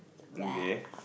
okay